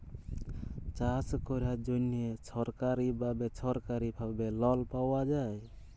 চাষ ক্যরার জ্যনহে ছরকারি বা বেছরকারি ভাবে লল পাউয়া যায়